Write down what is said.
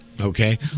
Okay